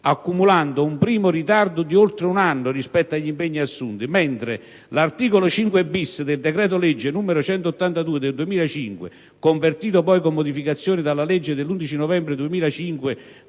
accumulando un primo ritardo di oltre un anno rispetto agli impegni assunti, mentre l'articolo 5*-bis* del decreto-legge n. 182 del 2005, convertito, con modificazioni, dalla legge 11 novembre 2005,